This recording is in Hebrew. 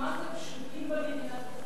מה זה "פשוטים"?